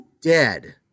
dead